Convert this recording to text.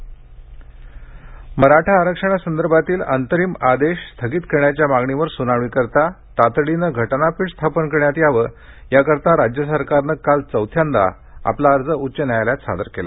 मराठा आरक्षण मराठा आरक्षणासंदर्भातील अंतरिम आदेश स्थगित करण्याच्या मागणीवर सुनावणीसाठी तातडीनं घटनापीठ स्थापन करण्यात यावं याकरता राज्य सरकारनं काल चौथ्यांदा आपला अर्ज सर्वोच्च न्यायालयात सादर केला